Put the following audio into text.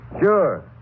Sure